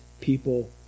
people